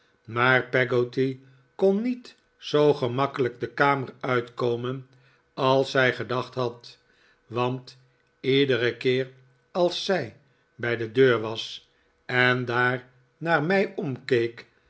maar peggotty kon niet zoo gemakkelijk de kamer uitkomen als zij gedacht had want iederen keer als zij bij de deur was en daar naar mij omkeek